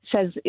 says